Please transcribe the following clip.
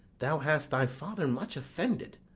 thou hast thy father much offended.